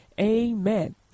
Amen